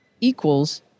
equals